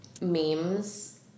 memes